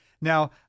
now